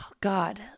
God